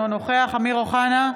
אינו נוכח אמיר אוחנה,